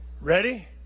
Ready